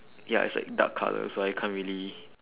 ya it's like dark color so I can't really